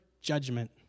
judgment